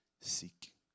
seek